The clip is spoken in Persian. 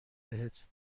بهت